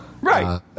Right